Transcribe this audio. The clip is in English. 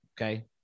okay